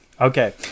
Okay